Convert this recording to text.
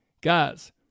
Guys